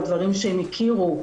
על דברים שהם הכירו,